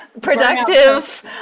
productive